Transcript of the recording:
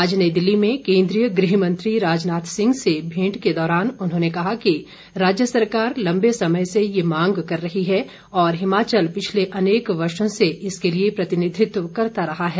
आज नई दिल्ली में केन्द्रीय गृहमंत्री राजनाथ सिंह से भेंट के दौरान उन्होंने कहा कि राज्य सरकार लम्बे समय से ये मांग कर रही है और हिमाचल पिछले अनेक वर्षों से इसके लिए प्रतिनिधित्व करता रहा है